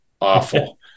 awful